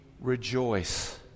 rejoice